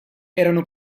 erano